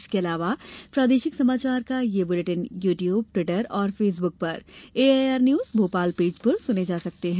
इसके अलावा प्रादेशिक समाचार बुलेटिन यू ट्यूब ट्विटर और फेसबुक पर एआईआर न्यूज भोपाल पेज पर सुने जा सकते हैं